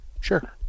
sure